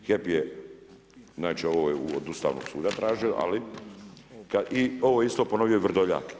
HEP je znači ovo je od Ustavnog suda tražio ali i ovo je isto ponovio Vrdoljak.